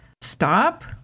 stop